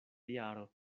jaro